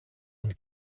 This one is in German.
und